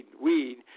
weed